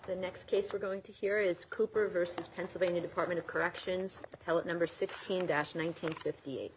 the next case we're going to hear is cooper vs pennsylvania department of corrections number sixteen dash nineteen fifty eight